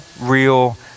real